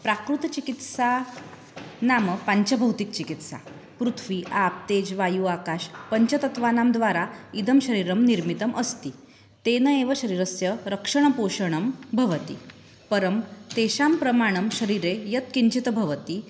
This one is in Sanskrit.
प्राकृतचिकित्सा नाम पञ्चभौतिकचिकित्सा पृथिवि अप् तेजः वायु आकाशः पञ्चतत्वानां द्वारा इदं शरीरं निर्मितम् अस्ति तेन एव शरीरस्य रक्षणं पोषणं भवति परं तेषां प्रमाणं शरीरे यत्किञ्चित् भवति